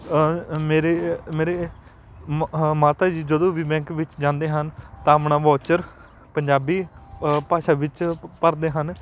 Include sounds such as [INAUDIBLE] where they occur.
ਮੇਰੇ [UNINTELLIGIBLE] ਮਾਤਾ ਜੀ ਜਦੋਂ ਵੀ ਬੈਂਕ ਵਿੱਚ ਜਾਂਦੇ ਹਨ ਤਾਂ ਅਪਣਾ ਵੋਚਰ ਪੰਜਾਬੀ ਭਾਸ਼ਾ ਵਿੱਚ ਭਰਦੇ ਹਨ